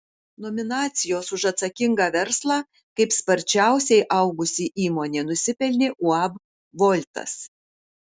nominacijos už atsakingą verslą kaip sparčiausiai augusi įmonė nusipelnė uab voltas